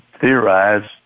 theorize